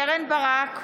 קרן ברק,